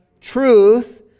truth